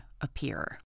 appear